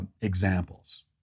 examples